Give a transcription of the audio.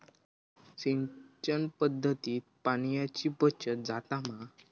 सिंचन पध्दतीत पाणयाची बचत जाता मा?